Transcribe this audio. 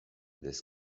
this